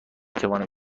توانم